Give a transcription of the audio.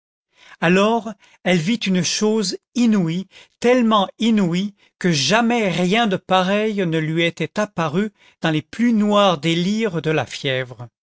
alors elle vit une chose inouïe tellement inouïe que jamais rien de pareil ne lui était apparu dans les plus noirs délires de la fièvre